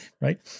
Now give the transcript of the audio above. right